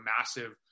massive